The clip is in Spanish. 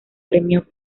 premio